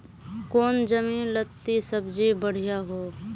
कौन जमीन लत्ती सब्जी बढ़िया हों?